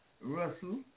Russell